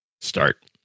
start